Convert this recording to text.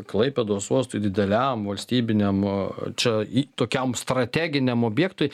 klaipėdos uostui dideliam valstybiniam čia į tokiam strateginiam objektui